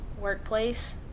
workplace